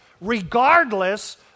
regardless